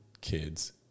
kids